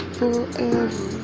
forever